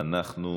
אנחנו,